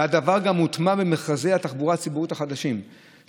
הדבר הוטמע גם במכרזי התחבורה הציבורית החדשים,